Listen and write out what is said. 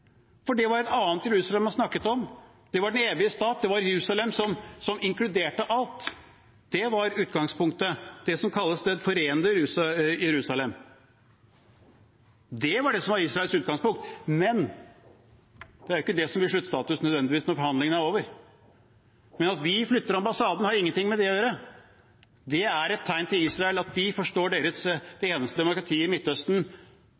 for det var et annet Jerusalem man snakket om. Det var den evige stad. Det var Jerusalem som inkluderte alt. Det var utgangspunktet – det som kalles det forente Jerusalem. Det var det som var Israels utgangspunkt, men det er jo ikke det som nødvendigvis blir sluttstatus når forhandlingene er over. Men at vi flytter ambassaden, har ingenting med det å gjøre. Det er et tegn til Israel om at vi forstår at de er det eneste demokratiet i Midtøsten,